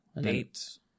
Dates